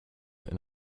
and